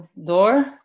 Door